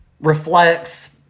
reflects